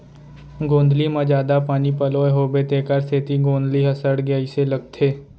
गोंदली म जादा पानी पलोए होबो तेकर सेती गोंदली ह सड़गे अइसे लगथे